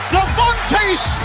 Devontae